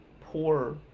poor